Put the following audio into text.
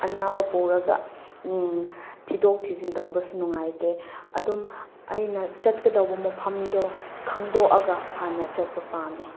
ꯑꯅꯥꯕ ꯄꯨꯔꯒ ꯊꯤꯗꯣꯛ ꯊꯤꯖꯤꯟ ꯇꯧꯕꯁꯨ ꯅꯨꯡꯉꯥꯏꯇꯦ ꯑꯗꯨꯝ ꯑꯩꯅ ꯆꯠꯀꯗꯧꯕ ꯃꯐꯝꯗꯣ ꯈꯪꯗꯣꯛꯑꯒ ꯍꯥꯟꯅ ꯆꯠꯄ ꯄꯥꯝꯃꯦ